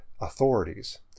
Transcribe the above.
authorities